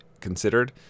considered